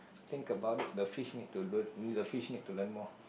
think about it the fish need to learn the fish need to learn more